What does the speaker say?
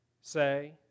say